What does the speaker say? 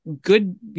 good